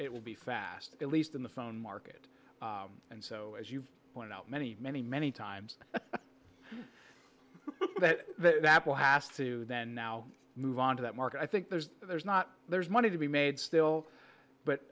it will be faster at least in the phone market and so as you point out many many many times that apple has to then now move on to that market i think there's there's not there's money to be made still but